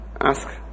Ask